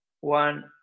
one